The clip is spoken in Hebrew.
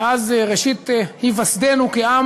מאז ראשית היווסדנו כעם